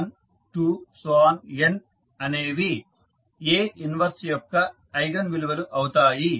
nఅనేవిA 1యొక్క ఐగన్ విలువలు అవుతాయి